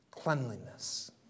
cleanliness